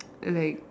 like